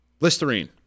listerine